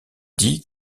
dit